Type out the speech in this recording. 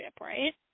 right